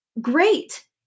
great